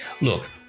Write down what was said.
look